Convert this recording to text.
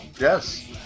Yes